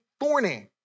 thorny